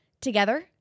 together